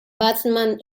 batsman